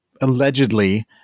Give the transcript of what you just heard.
allegedly